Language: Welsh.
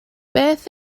beth